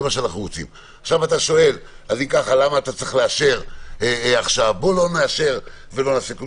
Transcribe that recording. אתה שואל אז אם ככה אז לא נאשר ולא נעשה כלום.